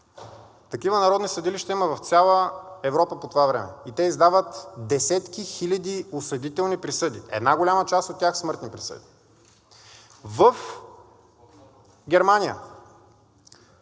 такива народни съдилища има в цяла Европа по това време и те издават десетки хиляди осъдителни присъди. Една голяма част от тях са смъртни присъди. В Германия